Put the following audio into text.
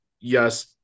yes